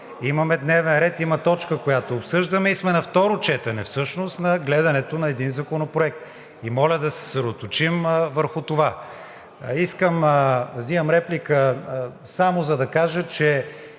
Имаме дневен ред, има точка, която обсъждаме, и сме на второ четене всъщност на гледането на един законопроект и моля да се съсредоточим върху това. Вземам реплика само за да кажа, че